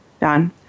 done